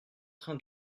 train